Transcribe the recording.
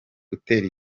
gutera